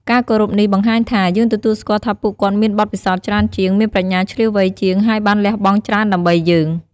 ការគោរពនេះបង្ហាញថា យើងទទួលស្គាល់ថាពួកគាត់មានបទពិសោធន៍ច្រើនជាង មានប្រាជ្ញាឈ្លាសវៃជាង ហើយបានលះបង់ច្រើនដើម្បីយើង។